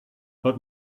but